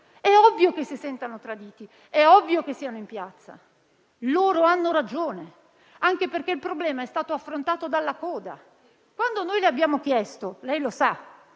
È ovvio che si sentano traditi, è ovvio che siano in piazza: hanno ragione, anche perché il problema è stato affrontato dalla coda. Signor Presidente, lei lo sa,